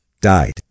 died